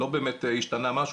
לא באמת השתנה משהו.